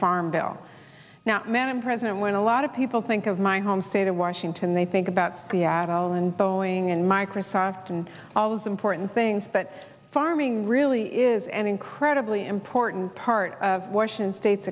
farm bill now man i'm president when a lot of people think of my home state of washington they think about seattle and boeing and microsoft and all those important things but farming really is an incredibly important part of washington state's